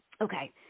Okay